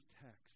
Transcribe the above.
text